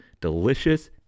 delicious